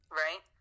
right